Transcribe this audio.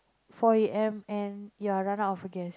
four a_m and you're run out of gas